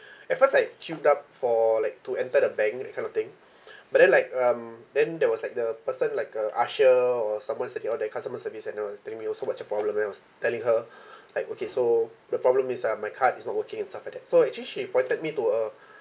at first I queued up for like to enter the bank that kind of thing but then like um then there was like the person like a usher or someone's that you or their customer service and all telling me also what's your problem and I was telling her like okay so the problem is uh my card is not working and stuff like that so actually she pointed me to a